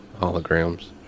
holograms